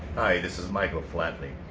hi, this is michael flatley.